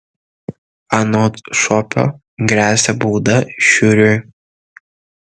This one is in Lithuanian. anot šopio gresia bauda šiuriui